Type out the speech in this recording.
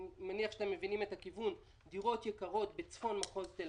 מניח שאתם מבינים את הכיוון: דירות יקרות בצפון מחוז תל